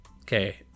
okay